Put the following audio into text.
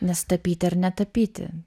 nes tapyti ar netapyti